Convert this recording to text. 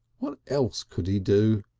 what else could he do?